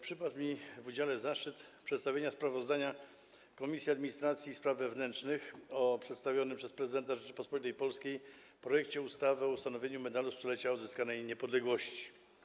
Przypadł mi w udziale zaszczyt przedstawienia sprawozdania Komisji Administracji i Spraw Wewnętrznych o przedstawionym przez Prezydenta Rzeczypospolitej Polskiej projekcie ustawy o ustanowieniu Medalu Stulecia Odzyskanej Niepodległości.